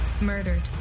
murdered